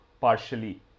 partially